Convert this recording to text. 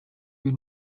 you